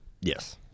Yes